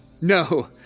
No